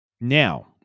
Now